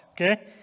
Okay